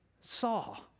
saw